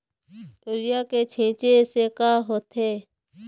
Urea के छींचे से का होथे?